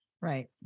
Right